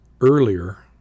Earlier